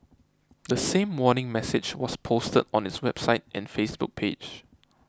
the same warning message was posted on its website and Facebook page